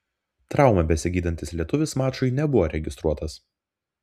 traumą besigydantis lietuvis mačui nebuvo registruotas